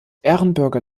ehrenbürger